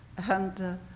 and